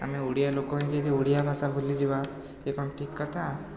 ଆମେ ଓଡ଼ିଆ ଲୋକ ହେଇକି ଯଦି ଓଡ଼ିଆ ଭାଷା ଭୁଲିଯିବା ସେଇ କ'ଣ ଠିକ କଥା